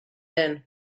den